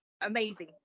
amazing